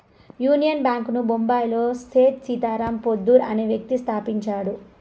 union bank ను బొంబాయిలో సేథ్ సీతారాం పోద్దార్ అనే వ్యక్తి స్థాపించాడు